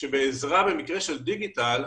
שבעזרה במקרה של דיגיטל,